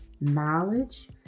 knowledge